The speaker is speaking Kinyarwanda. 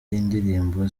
y’indirimbo